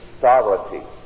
sovereignty